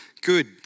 Good